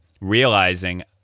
realizing